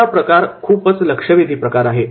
तिसरा खूपच लक्षवेधी प्रकार आहे